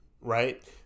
right